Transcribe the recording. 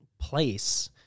place